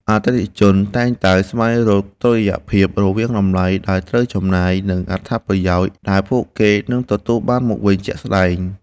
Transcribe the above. អតិថិជនតែងតែស្វែងរកតុល្យភាពរវាងតម្លៃដែលត្រូវចំណាយ និងអត្ថប្រយោជន៍ដែលពួកគេនឹងទទួលបានមកវិញជាក់ស្តែង។